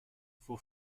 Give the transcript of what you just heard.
for